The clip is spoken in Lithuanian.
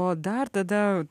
o dar tada